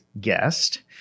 guest